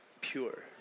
pure